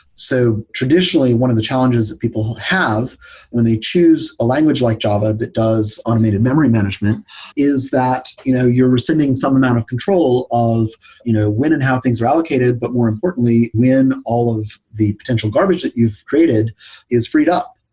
so traditionally, one of the challenges that people have when they choose a language like java that does automated memory management is that you know you're resending some amount of control of you know when and how things are allocated, but more importantly when all of the potential garbage that you've created is freed up.